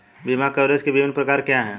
बीमा कवरेज के विभिन्न प्रकार क्या हैं?